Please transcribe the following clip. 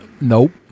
Nope